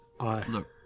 Look